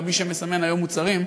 ומי שמסמן היום מוצרים,